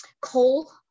coal